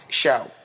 show